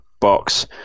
box